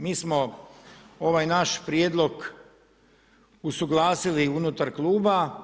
Mi smo ovaj naš prijedlog usuglasili unutar kluba.